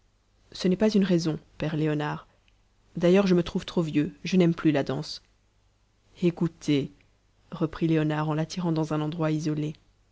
ce n'est pas une raison père léonard d'ailleurs je me trouve trop vieux je n'aime plus la danse ecoutez reprit léonard en l'attirant dans un endroit isolé